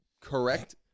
correct